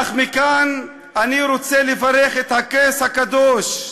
אך מכאן אני רוצה לברך את הכס הקדוש,